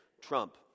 Trump